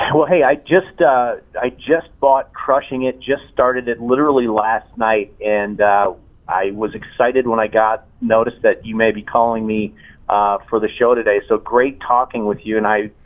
well hey i just ah i just bought crushing it, just started it literally last night and i was excited when i got notice that you may be calling me for the show today, so great talking with you and i,